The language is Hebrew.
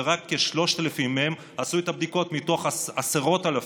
ורק כ-3,000 מהן עשו את הבדיקות מתוך עשרות אלפים.